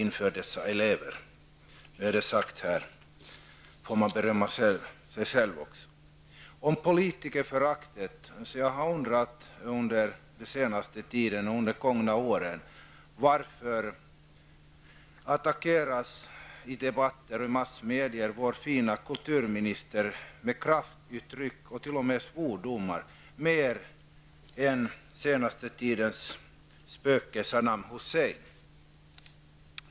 Nu är det sagt här, så har man fått berömma sig själv också. På tal om politikerföraktet vill jag säga att jag under de gångna åren har undrat varför vår fine kulturminister attackeras i massmedierna med kraftuttryck och t.o.m. svordomar mer än den senaste tidens spöke Saddam Hussein.